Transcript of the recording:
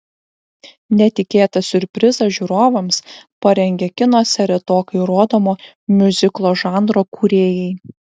netikėtą siurprizą žiūrovams parengė kinuose retokai rodomo miuziklo žanro kūrėjai